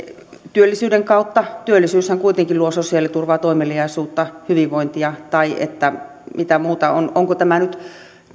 työllisyyden kautta työllisyyshän kuitenkin luo sosiaaliturvaa toimeliaisuutta hyvinvointia tai mitä muuta on onko tämä nyt